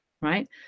right